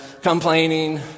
complaining